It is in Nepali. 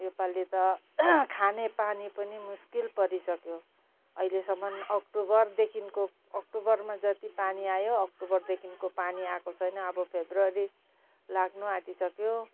यो पालि त खाने पानी पनि मुस्किल परिसक्यो अहिलेसम्म अक्टोबरदेखिको अक्टोबरमा जति पानी आयो अक्टोबरदेखिको पानी आएको छैन अब फेब्रुअरी लाग्नु आँटिसक्यो